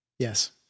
Yes